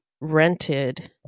rented